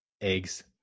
eggs